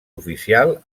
oficial